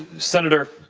senator,